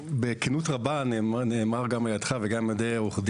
בכנות רבה נאמר גם על ידך וגם על ידי עו"ד